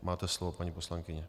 Máte slovo, paní poslankyně.